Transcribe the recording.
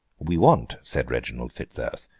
we want said reginald fitzurse,